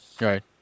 Right